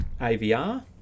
AVR